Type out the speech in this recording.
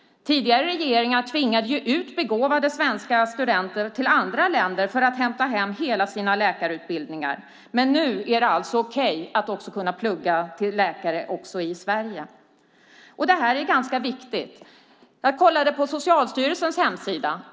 Tidigare regering tvingade ju ut begåvade svenska studenter till andra länder för att hämta hem hela sina läkarutbildningar, men nu är det alltså okej att kunna plugga till läkare också i Sverige. Det här är ganska viktigt. Jag kollade på Socialstyrelsens hemsida.